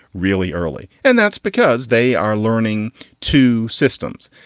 really early, and that's because they are learning to systems,